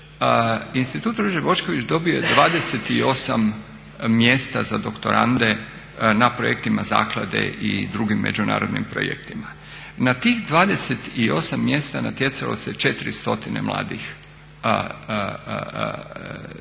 Institut Ruđer Bošković dobio je 28 mjesta za doktorande na projektima zaklade i drugim međunarodnim projektima. Na tih 28 mjesta natjecalo se 400 mladih